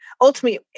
ultimately